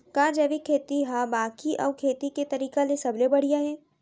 का जैविक खेती हा बाकी अऊ खेती के तरीका ले सबले बढ़िया हे?